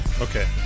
Okay